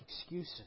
excuses